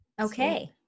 Okay